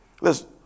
Listen